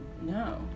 No